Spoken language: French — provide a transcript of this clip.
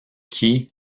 qui